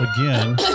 again